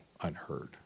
unheard